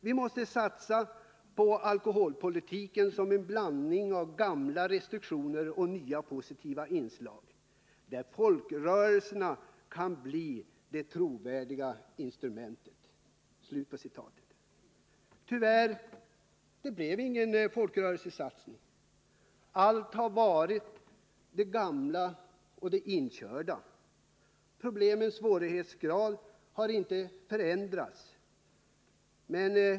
Vi måste satsa på en alkoholpolitik som är en blandning av gamla restriktioner och nya positiva inslag, där folkrörelserna kan bli det trovärdiga instrumentet.” Tyvärr blev det inte någon folkrörelsesatsning. Allt har stått kvar vid det gamla och inkörda. Problemens svårighetsgrad har inte förändrats.